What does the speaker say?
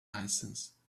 license